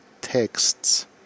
texts